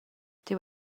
dyw